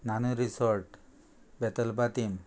Nanu resort Betalbatim